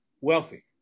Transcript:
wealthy